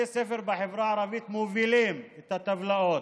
בתי ספר בחברה הערבית מובילים את הטבלאות,